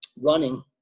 running